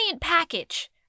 package